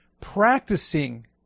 practicing